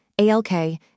ALK